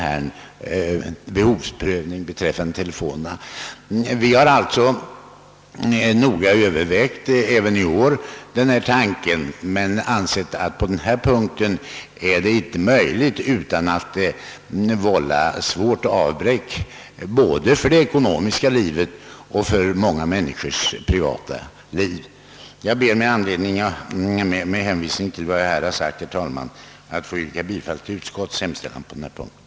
Vi har även i år övervägt denna tanke men ansett att någon åtgärd inte kan vidtagas utan att man vållar svårt av bräck både för det ekonomiska livet och för många människors privatliv. Jag ber med hänvisning till vad jag här anfört, herr talman, att få yrka bifall till utskottets hemställan på denna punkt.